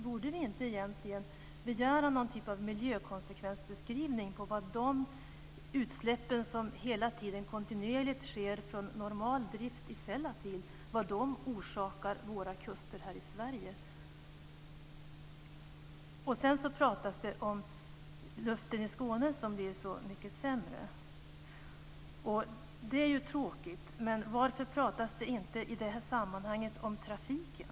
Borde vi egentligen inte begära någon typ av miljökonsekvensbeskrivning av vad de utsläpp som kontinuerligt sker från normal drift i Sellafield orsakar våra kuster här i Sverige? Sedan pratas det om luften i Skåne som blir så mycket sämre. Det är ju tråkigt. Men varför pratas det inte i det här sammanhanget om trafiken?